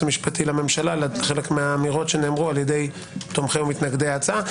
המשפטי לממשלה לחלק מהאמירות שנאמרו על ידי תומכי ומתנגדי ההצעה.